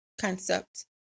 concept